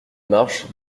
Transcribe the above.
marches